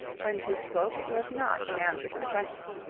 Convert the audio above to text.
when she spoke it was not in answer to the question.